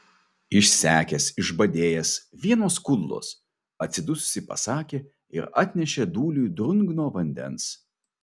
išsekęs išbadėjęs vienos kudlos atsidususi pasakė ir atnešė dūliui drungno vandens